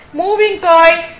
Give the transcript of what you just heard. moving coil D